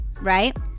right